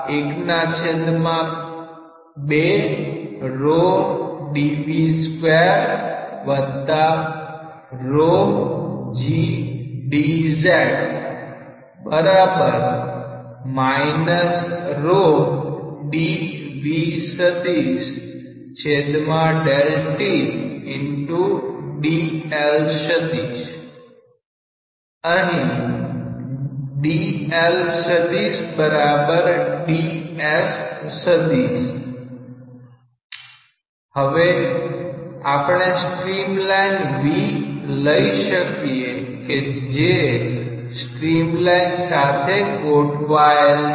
અહી હવે આપણે સ્ટ્રીમલાઇન v લઈ શકીએ કે જે સ્ટ્રીમલાઇન સાથે ગોઠવાયેલ છે